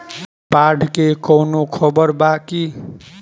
बाढ़ के कवनों खबर बा की?